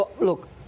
Look